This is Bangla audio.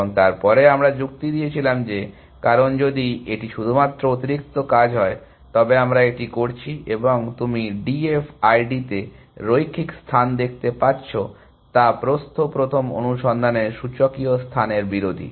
এবং তারপরে আমরা যুক্তি দিয়েছিলাম যে কারণ যদি এটি শুধুমাত্র অতিরিক্ত কাজ হয় তবে আমরা এটি করছি এবং তুমি D F I D তে রৈখিক স্থান দেখতে পাচ্ছ তা প্রস্থ প্রথম অনুসন্ধানের সূচকীয় স্থানের বিরোধী